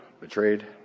betrayed